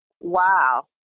wow